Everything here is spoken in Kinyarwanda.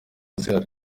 zihari